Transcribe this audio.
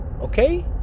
Okay